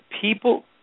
people